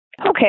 Okay